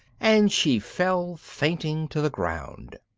and she fell fainting to the ground.